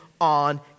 on